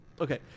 okay